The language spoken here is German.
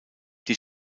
die